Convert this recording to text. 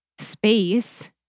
space